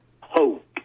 hope